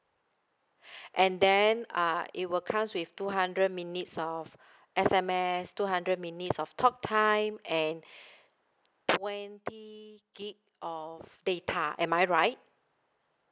and then uh it will comes with two hundred minutes of S_M_S two hundred minutes of talk time and twenty gig of data am I right